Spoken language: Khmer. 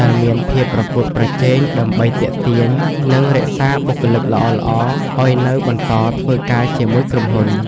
ដែលមានភាពប្រកួតប្រជែង ដើម្បីទាក់ទាញ និងរក្សាបុគ្គលិកល្អៗឱ្យនៅបន្តធ្វើការជាមួយក្រុមហ៊ុន។